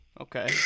Okay